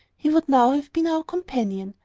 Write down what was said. he would now have been our companion,